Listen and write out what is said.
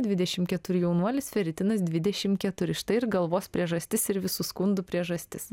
dvidešimt keturi jaunuolis feritinas dvidešimt keturi štai ir galvos priežastis ir visų skundų priežastis